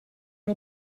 nur